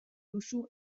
duzu